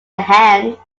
hand